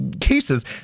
cases